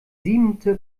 siebente